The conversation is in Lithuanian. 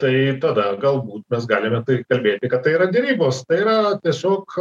tai tada galbūt mes galime tai kalbėti kad tai yra derybos tai yra tiesiog